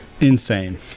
Insane